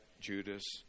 Judas